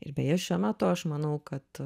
ir beje šiuo metu aš manau kad